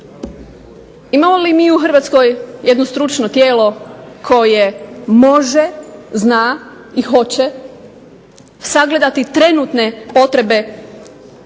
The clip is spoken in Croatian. Imamo li mi u Hrvatskoj jedno tijelo koje zna, može i hoće sagledati trenutne potrebe,